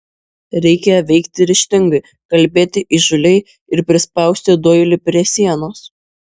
reikia veikti ryžtingai kalbėti įžūliai ir prispausti doilį prie sienos